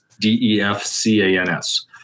d-e-f-c-a-n-s